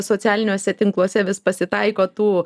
socialiniuose tinkluose vis pasitaiko tų